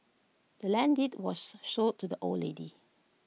the land's deed was sold to the old lady